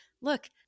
Look